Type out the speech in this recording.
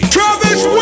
Travis